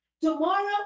Tomorrow